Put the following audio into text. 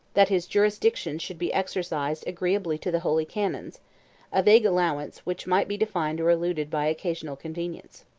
that his jurisdiction should be exercised agreeably to the holy canons a vague allowance, which might be defined or eluded by occasional convenience.